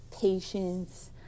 patience